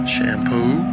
Shampoo